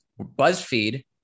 BuzzFeed